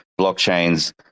blockchains